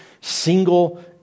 single